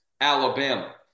Alabama